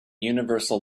universal